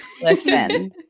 listen